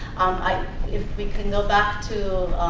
if we can go back to